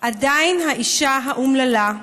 עדיין האישה האומללה,